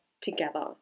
together